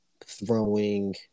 throwing